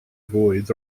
voids